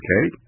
Okay